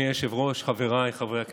אדוני היושב-ראש, חבריי חברי הכנסת,